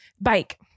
Bike